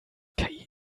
die